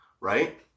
right